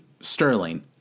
Sterling